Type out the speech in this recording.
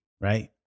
Right